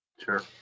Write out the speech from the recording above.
Sure